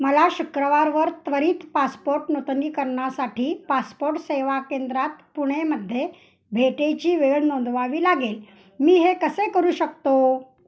मला शुक्रवारवर त्वरित पासपोर्ट नूतनीकरणासाठी पासपोर्ट सेवा केंद्रात पुणेमध्ये भेटेची वेळ नोंदवावी लागेल मी हे कसे करू शकतो